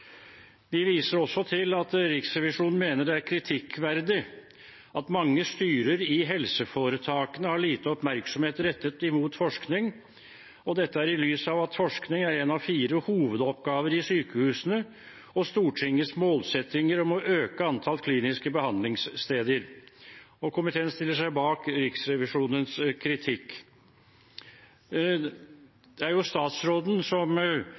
viser også til at Riksrevisjonen mener det er kritikkverdig at mange styrer i helseforetakene har lite oppmerksomhet rettet mot forskning, og dette er i lys av at forskning er en av fire hovedoppgaver i sykehusene og Stortingets målsettinger om å øke antall kliniske behandlingssteder. Komiteen stiller seg bak Riksrevisjonens kritikk. Det er statsråden som